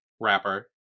wrapper